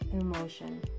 emotion